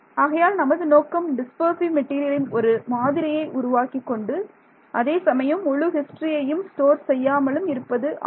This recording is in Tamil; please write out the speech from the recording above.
ஆகையால் நமது நோக்கம் டிஸ்பர்சிவ் மெட்டீரியலின் ஒரு மாதிரியை உருவாக்கிக்கொண்டு அதேசமயம் முழு ஹிஸ்டரியையும் ஸ்டோர் செய்யாமலும் இருப்பதும் ஆகும்